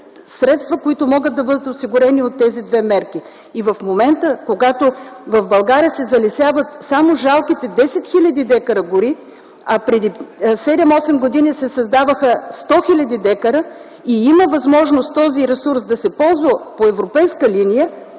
Средства, които могат да бъдат осигурени от тези две мерки. В момента, когато в България се залесяват само жалките 10 хил. дка гори, а преди 7-8 години се създаваха 100 хил. дка, и има възможност този ресурс да се ползва по европейска линия,